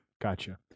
Gotcha